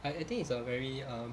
I I think it's a very um